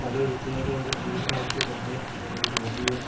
പല എഴുത്തുകാരും അവരെ ജീവിതകാലത്ത് തന്നെ ഇങ്ങനെ ഒരു വലിയ